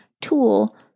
tool